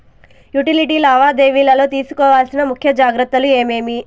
Utility లావాదేవీల లో తీసుకోవాల్సిన ముఖ్య జాగ్రత్తలు ఏమేమి?